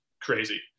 crazy